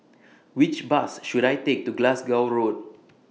Which Bus should I Take to Glasgow Road